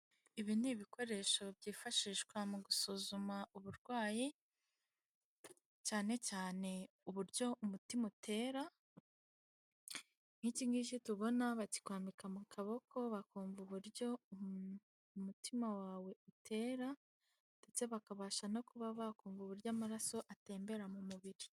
Ibi ni ibikoresho byifashishwa mu gusuzuma uburwayi, cyane cyane uburyo umutima utera. Nk'iki giki tubona, bakikwambika mu kaboko bakumva uburyo umutima wawe utera, ndetse bakabasha no kuba bakumva uburyo amaraso atembera mu mubiri.